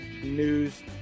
news